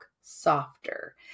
softer